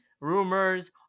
rumors